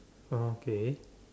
okay